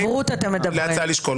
זאת אסטרטגיה שלמה.